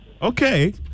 Okay